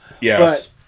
yes